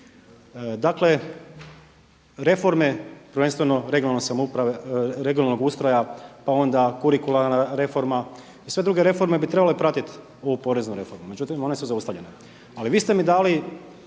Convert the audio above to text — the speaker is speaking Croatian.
Dakle, reforme prvenstveno regionalnog ustroja pa onda kurikularna reforma i sve druge reforme bi trebale pratit ovu poreznu reformu. Međutim, one su zaustavljene. Ali vi ste mi dali